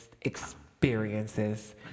experiences